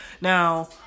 Now